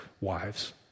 wives